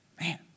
Man